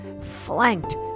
flanked